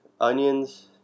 onions